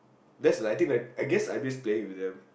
that's like I think I guess I miss playing with them